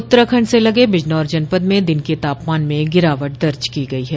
उत्तराखंड से लगे बिजनौर जनपद में दिन के तापमान में गिरावट दर्ज की गई है